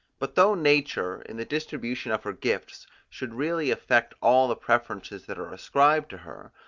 but though nature in the distribution of her gifts should really affect all the preferences that are ascribed to her,